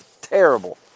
Terrible